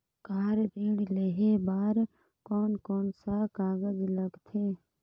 Car ऋण लेहे बार कोन कोन सा कागज़ लगथे?